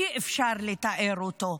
אי-אפשר לתאר אותו.